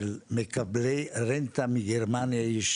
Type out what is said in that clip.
של אנשים שמקבלים רנטה ישירות מגרמניה.